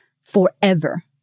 forever